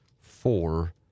four